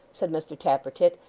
said mr tappertit.